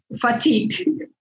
fatigued